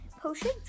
Potions